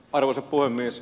arvoisa puhemies